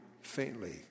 faintly